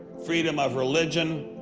freedom of religion.